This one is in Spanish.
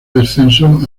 descensos